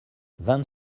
vingt